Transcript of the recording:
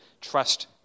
trust